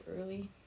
early